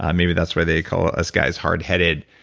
um maybe that's why they call us guys hard-headed.